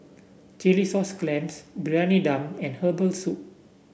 Chilli Sauce Clams Briyani Dum and Herbal Soup